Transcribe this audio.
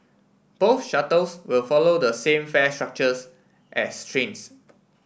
both shuttles will follow the same fare structures as trains